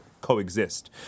coexist